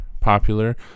popular